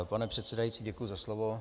Pane předsedající, děkuji za slovo.